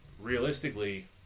realistically